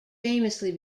famously